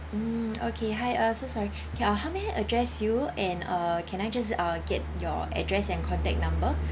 mm okay hi uh so sorry okay how may I address you and uh can I just uh get your address and contact number